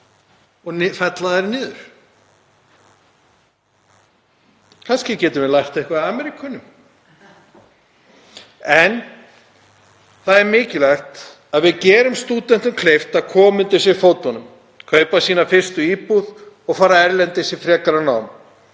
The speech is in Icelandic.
og fella þær niður. Kannski getum við lært eitthvað af Ameríkönum? Það er mikilvægt að við gerum stúdentum kleift að koma undir sig fótunum, kaupa sína fyrstu íbúð og fara erlendis í frekara nám